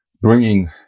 bringing